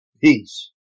peace